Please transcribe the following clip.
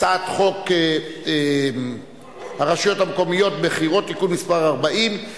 בקריית-שמונה כנראה נוצר דם רע בין האנשים שתיאמו את